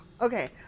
Okay